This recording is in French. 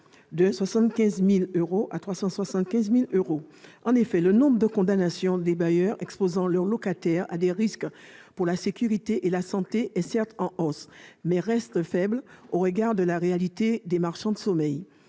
de 75 000 euros à 375 000 euros. En effet, le nombre de condamnations de bailleurs exposant leurs locataires à des risques pour leur sécurité et leur santé est certes en hausse, mais reste faible au regard de la réalité du phénomène des marchands de sommeil.